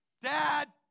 Dad